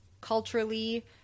culturally